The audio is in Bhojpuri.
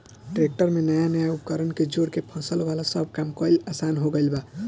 ट्रेक्टर में नया नया उपकरण के जोड़ के फसल वाला सब काम कईल आसान हो गईल बा